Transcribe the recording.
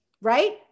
Right